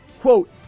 quote